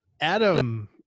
Adam